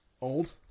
Old